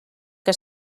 que